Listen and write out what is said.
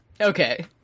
okay